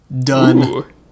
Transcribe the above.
Done